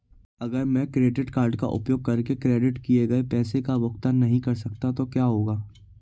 अगर मैं credit card का उपयोग करके क्रेडिट किए गए पैसे का भुगतान नहीं कर सकता तो क्या होगा?